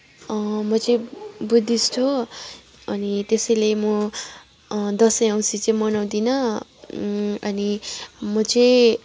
म चाहिँ बुद्धिस्ट हो अनि त्यसैले म दसैँ औँसी चाहिँ मनाउँदिन अनि म चाहिँ